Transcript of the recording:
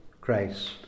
Christ